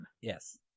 Yes